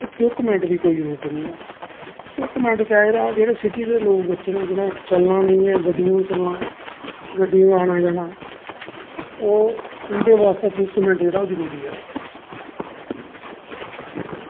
इक इक मैंन्ट दी कोई जरूरत नी ऐ इक इक मैंट चाही दा जेह्ड़े सीटी दे बच्चे नै चलना नी ऐ गड्डियें च चलना उंदे बास्तै इक इक मैंट जेह्ड़ा जरूरी ऐ